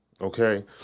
okay